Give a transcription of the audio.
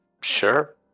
sure